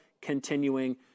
continuing